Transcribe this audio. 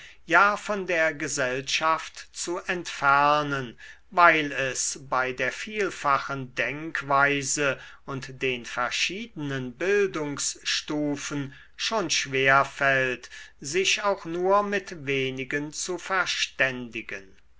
ja von der gesellschaft zu entfernen weil es bei der vielfachen denkweise und den verschiedenen bildungsstufen schon schwer fällt sich auch nur mit wenigen zu verständigen